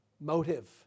Motive